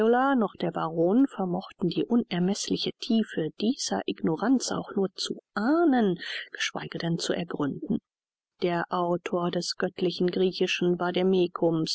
noch der baron vermochten die unermeßliche tiefe dieser ignoranz auch nur zu ahnen geschweige denn zu ergründen der autor des göttlichen griechischen